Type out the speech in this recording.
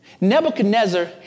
Nebuchadnezzar